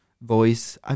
voice